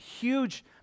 huge